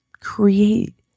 Create